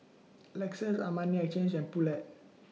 Lexus Armani Exchange and Poulet